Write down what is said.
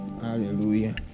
Hallelujah